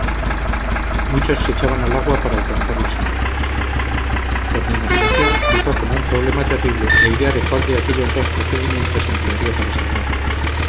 muchos se echaban al agua para alcanzarlas a nado por mi imaginación cruzó como un problema terrible la idea de cuál de aquellos dos procedimientos emplearía para salvarme